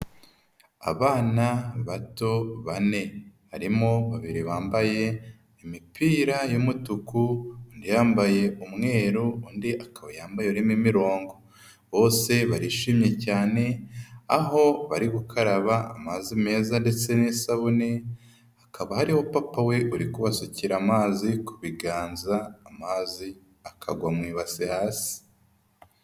Abana bato bane. Harimo babiri bambaye, imipira y'umutuku, undi yambaye umweru, undi akaba yambaye urimo imirongo. Bose barishimye cyane, aho bari gukaraba amazi meza ndetse n'isabune, hakaba hariho papa we uri kubasukira amazi ku biganza, amazi akagwa mu ibase hasi.